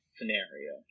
scenario